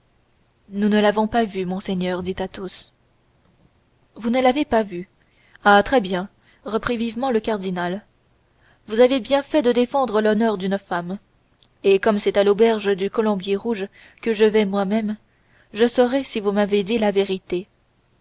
nous ne l'avons pas vue monseigneur dit athos vous ne l'avez pas vue ah très bien reprit vivement le cardinal vous avez bien fait de défendre l'honneur d'une femme et comme c'est à l'auberge du colombier rouge que je vais moimême je saurai si vous m'avez dit la vérité